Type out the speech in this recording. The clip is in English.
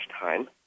time